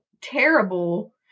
terrible